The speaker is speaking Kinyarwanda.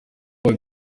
baba